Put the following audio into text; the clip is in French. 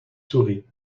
souris